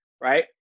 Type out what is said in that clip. Right